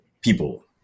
people